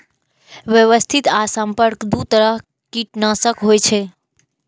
व्यवस्थित आ संपर्क दू तरह कीटनाशक होइ छै